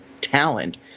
talent